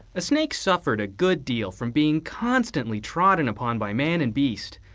a snake suffered a good deal from being constantly trodden upon by man and beast,